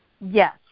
yes